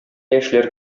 яшьләр